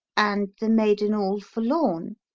and the maiden all forlorn?